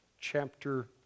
chapter